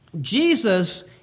Jesus